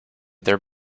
their